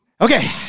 Okay